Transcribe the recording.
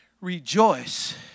Rejoice